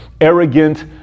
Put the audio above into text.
arrogant